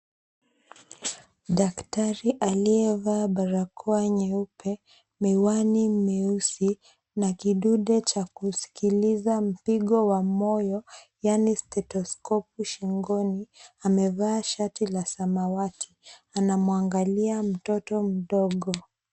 Daktari aliyevaa barakoa nyeupe, miwani meusi na kidude cha kuskiliza mpigo wa moyo, yani stethoscope shingoni, amevaa shati la samawati. Anamwangalia mtoto mdogo.